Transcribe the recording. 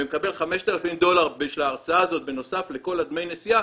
והוא מקבל 5,000 דולר בשביל ההרצאה שלו בנוסף לדמי הנסיעה,